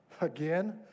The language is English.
again